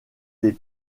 des